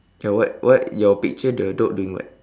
ya what what your picture the dog doing what